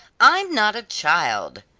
i'm not a child,